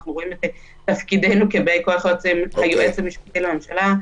אנחנו רואים את תפקידנו כבאי כוח היועץ המשפטי לממשלה,